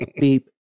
beep